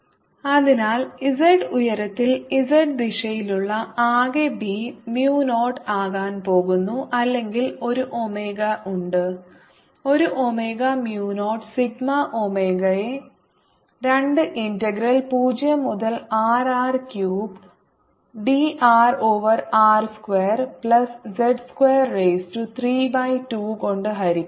r2r2z232 Bzz0σω20Rr3drr2z232 അതിനാൽ z ഉയരത്തിൽ z ദിശയിലുള്ള ആകെ B mu 0 ആകാൻ പോകുന്നു അല്ലെങ്കിൽ ഒരു ഒമേഗയുണ്ട് ഒരു ഒമേഗ mu 0 സിഗ്മ ഒമേഗയെ 2 ഇന്റഗ്രൽ 0 മുതൽ R r cubed dr over r square plus z square raise to 3 by 2 കൊണ്ട് ഹരിക്കുന്നു